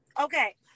Okay